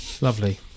Lovely